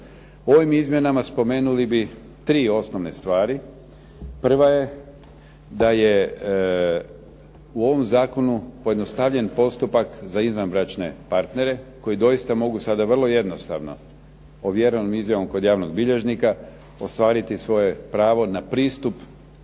U ovim Izmjenama spomenuli bi tri osnovne stvari. Prva je da je u ovom Zakonu pojednostavljen postupak za izvanbračne partnere koji doista mogu vrlo jednostavno ovjerenom izjavom kod javnog bilježnika ostvariti svoje pravo na pristup